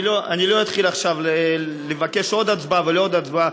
אני לא אתחיל עכשיו לבקש עוד הצבעה ועוד הצבעה.